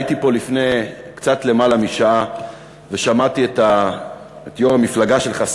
הייתי פה לפני קצת למעלה משעה ושמעתי את יושב-ראש המפלגה שלך,